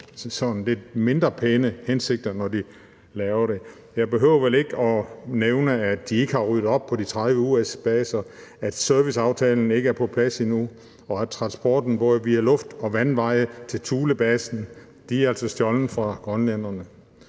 sådan lidt mindre pæne hensigter. Jeg behøver vel ikke at nævne, at de ikke har ryddet op på deres 30 militærbaser, at serviceaftalen ikke er på plads endnu, og at transporten både via luft- og vandveje til Thulebasen er stjålet fra grønlænderne.